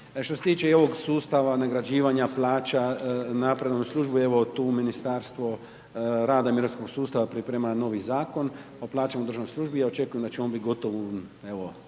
Što se tiče i ovog sustava nagrađivanja plaća, napredovanja u službi evo tu Ministarstvo rada i mirovinskog sustava priprema novi Zakon o plaćama u državnoj službi i ja očekujem da će on biti gotov